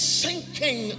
sinking